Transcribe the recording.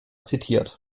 zitiert